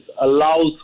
allows